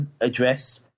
address